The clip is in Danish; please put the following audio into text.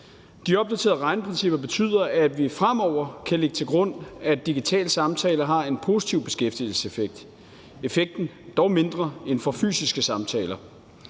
De opdaterede regneprincipper betyder, at vi fremover kan lægge til grund, at digitale samtaler har en positiv beskæftigelseseffekt. Effekten er dog mindre end for fysiske samtaler.